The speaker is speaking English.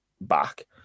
back